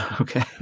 Okay